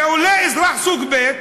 ועולה אזרח סוג ב',